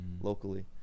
locally